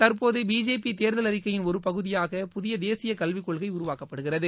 தற்போது பிஜேபி தேர்தல் அறிக்கையின் ஒரு பகுதியாக புதிய தேசியக்கல்விக் கொள்கை உருவாக்கப்படுகிறது